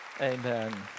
Amen